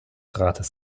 rates